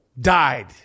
died